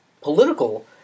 political